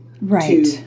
Right